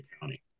County